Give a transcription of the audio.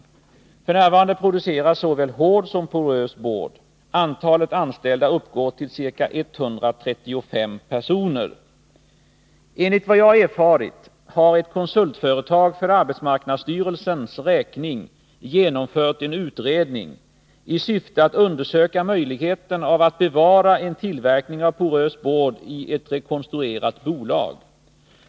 F. n. produceras såväl hård som porös board. Antalet anställda uppgår till ca 135 personer. Enligt vad jag erfarit har ett konsultföretag för arbetsmarknadsstyrelsens räkning genomfört en utredning i syfte att undersöka möjligheten av att bevara en tillverkning av porös board i ett rekonstruerat bolag.